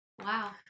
wow